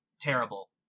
terrible